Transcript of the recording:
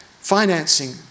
financing